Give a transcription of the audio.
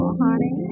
honey